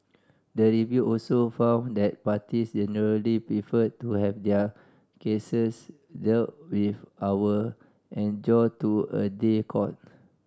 the review also found that parties generally preferred to have their cases dealt with our adjourned to a day court